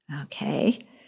Okay